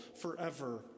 forever